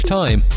time